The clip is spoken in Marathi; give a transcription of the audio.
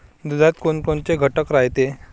दुधात कोनकोनचे घटक रायते?